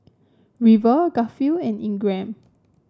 River Garfield and Ingram